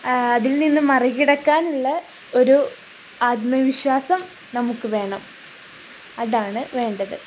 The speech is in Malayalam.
അതിൽ നിന്നു മറികിടക്കാനുള്ള ഒരു ആത്മവിശ്വാസം നമുക്കു വേണം അതാണു വേണ്ടത്